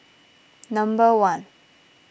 number one